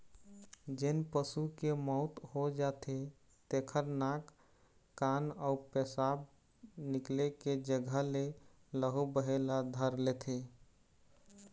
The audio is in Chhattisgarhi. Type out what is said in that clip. जेन पशु के मउत हो जाथे तेखर नाक, कान अउ पेसाब निकले के जघा ले लहू बहे ल धर लेथे